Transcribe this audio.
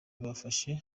bafashe